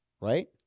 right